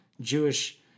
Jewish